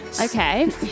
Okay